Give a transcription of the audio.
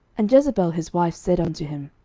and jezebel his wife said unto him,